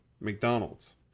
McDonald's